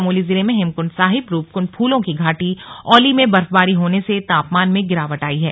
चमोली जिले में हेमकुंड साहिब रूपकुंड फूलों की घाटी औली में बर्फबारी होंने से तापमान में गिरावट आयी है